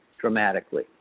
dramatically